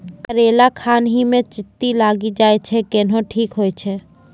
करेला खान ही मे चित्ती लागी जाए छै केहनो ठीक हो छ?